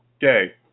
gay